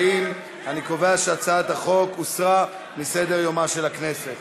40. אני קובע שהצעת החוק הוסרה מסדר-יומה של הכנסת.